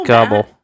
Gobble